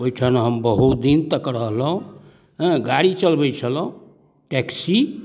ओहिठाम हम बहुत दिन तक रहलहुँ हँ गाड़ी चलबै छलहुँ टैक्सी